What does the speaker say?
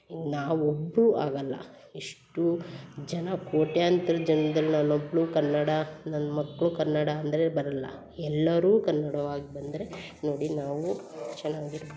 ಈಗ ನಾವು ಒಬ್ಬರು ಆಗೋಲ್ಲ ಎಷ್ಟು ಜನ ಕೋಟ್ಯಂತರ ಜನ್ದಲ್ಲಿ ನಾನು ಒಬ್ಬಳು ಕನ್ನಡ ನನ್ನ ಮಕ್ಕಳು ಕನ್ನಡ ಅಂದರೆ ಬರಲ್ಲ ಎಲ್ಲರೂ ಕನ್ನಡವಾಗಿ ಬಂದರೆ ನೋಡಿ ನಾವು ಚೆನ್ನಾಗಿ